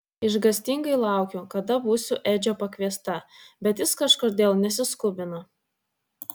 išgąstingai laukiu kada būsiu edžio pakviesta bet jis kažkodėl nesiskubina